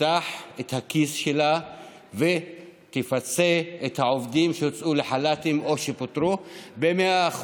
תפתח את הכיס שלה ותפצה את העובדים שהוצאו לחל"ת או שפוטרו ב-100%.